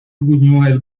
buñuel